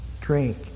drink